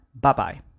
Bye-bye